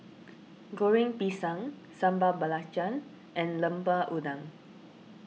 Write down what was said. Goreng Pisang Sambal Belacan and Lemper Udang